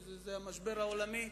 זה המשבר העולמי,